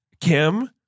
Kim